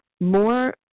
more